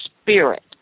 spirit